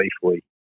safely